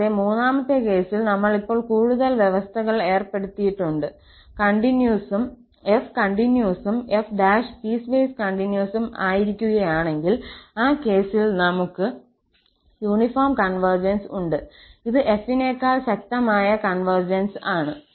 കൂടാതെ മൂന്നാമത്തെ കേസിൽ നമ്മൾ ഇപ്പോൾ കൂടുതൽ വ്യവസ്ഥകൾ ഏർപ്പെടുത്തിയിട്ടുണ്ട് f കണ്ടിന്യൂസും f′ പീസ്വേസ് കണ്ടിന്യൂസും ആയിരിക്കുകയാണെങ്കിൽ ആ കേസിൽ നമുക്ക് യൂണിഫോം കോൺവെർജൻസ് ഉണ്ട് ഇത് f നേക്കാൾ ശക്തമായ കോൺവെർജൻസ് ആണ്